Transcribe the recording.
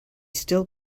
still